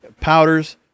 powders